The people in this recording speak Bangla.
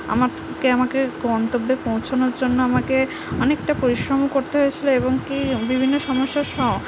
আমার কে আমাকে গন্তব্যে পৌঁছোনোর জন্য আমাকে অনেকটা পরিশ্রমও করতে হয়েছিল এবং কি বিভিন্ন সমস্যার